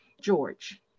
George